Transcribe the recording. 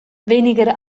weniger